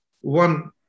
one